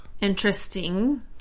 Interesting